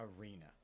arena